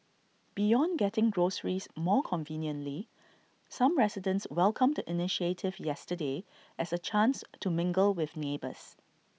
beyond getting groceries more conveniently some residents welcomed the initiative yesterday as A chance to mingle with neighbours